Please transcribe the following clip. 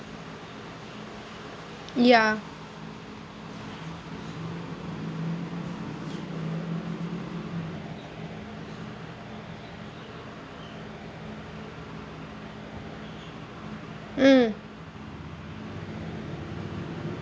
ya mm